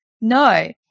No